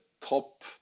top